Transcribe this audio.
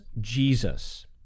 Jesus